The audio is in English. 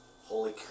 holy